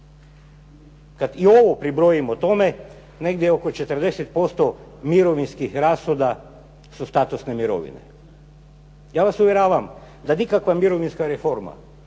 Kad i ovo pribrojimo tome, negdje oko 40% mirovinskih rashoda su statusne mirovine. Ja vas uvjeravam da nikakva mirovinska reforma